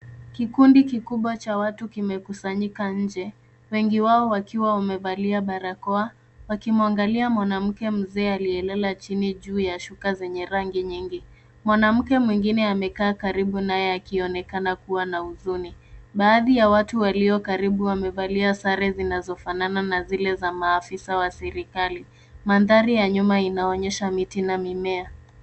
Kikundi kikubwa cha watu kimekusanyika nje. Wengi wao wakiwa wamevalia barakoa wakimwangalia mwanamke mzee aliyelala chini juu ya shuka zenye rangi nyingi. Mwanamke mwingine amekaa karibu naye akionekana kuwa na huzuni. Baadhi ya watu walio karibu wamevalia sare zinazofanana na zile za maafisa wa serikali. Mandhari ya nyuma inaonyesha miti na mimea.